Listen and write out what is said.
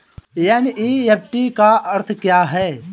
NEFT का अर्थ क्या है?